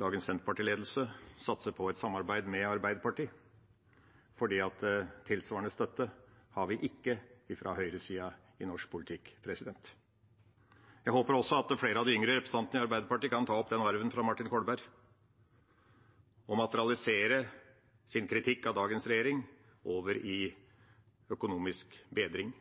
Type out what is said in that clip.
dagens Senterparti-ledelse satser på et samarbeid med Arbeiderpartiet, for tilsvarende støtte har vi ikke fra høyresida i norsk politikk. Jeg håper også at flere av de yngre representantene i Arbeiderpartiet kan ta opp den arven fra Martin Kolberg og materialisere sin kritikk av dagens regjering over i økonomisk bedring.